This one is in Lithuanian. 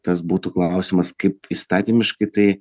tas būtų klausimas kaip įstatymiškai tai